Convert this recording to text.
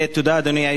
אדוני היושב-ראש,